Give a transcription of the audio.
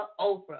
Oprah